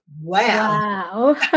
Wow